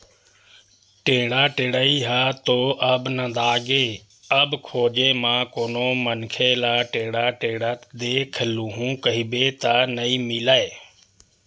टेंड़ा टेड़ई ह तो अब नंदागे अब खोजे म कोनो मनखे ल टेंड़ा टेंड़त देख लूहूँ कहिबे त नइ मिलय